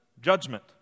judgment